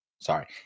Sorry